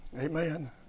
Amen